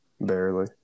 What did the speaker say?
Barely